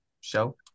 show